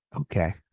okay